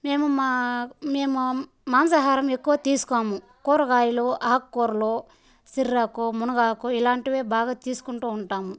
మేము మా మేము మాంసాహారం ఎక్కువ తీసుకోము కూరగాయలు ఆకుకూరలు సిర్రాకు మునగాకు ఇలాంటివే బాగా తీసుకుంటూ ఉంటాం